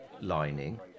lining